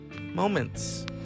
moments